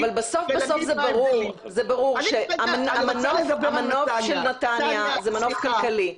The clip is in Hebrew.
אבל בסוף זה ברור שהמנוף של נתניה הוא מנוף כלכלי.